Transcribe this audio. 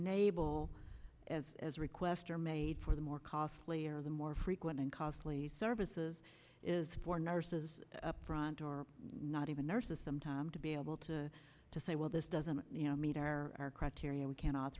naval as as a request are made for the more costly or the more frequent and costly services is for nurses upfront or not even nurses them time to be able to to say well this doesn't you know meet our criteria we can